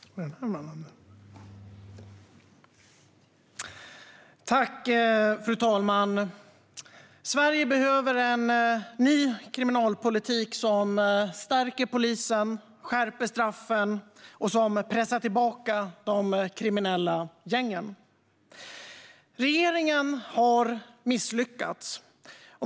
Aktuell debatt med anledning av bemanningssitua-tionen inom polisen Fru talman! Sverige behöver en ny kriminalpolitik som stärker polisen, skärper straffen och pressar tillbaka de kriminella gängen. Regeringen har misslyckats.